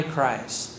Christ